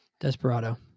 Desperado